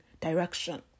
direction